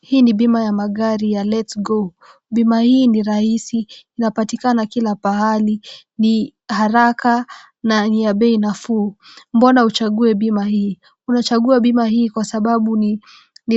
Hii ni bima ya magari ya Let Go, hii ni rahisi inapatikana kila pahali, ni haraka nani bei nafuu. Mbona uchague bima hii? Unachagua bima hii kwa sababu ni